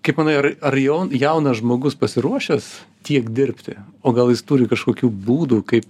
kaip manai ar ar jo jaunas žmogus pasiruošęs tiek dirbti o gal jis turi kažkokių būdų kaip